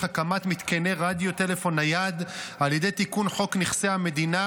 הקמת מתקני רדיו טלפון נייד על ידי תיקון חוק נכסי המדינה,